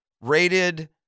rated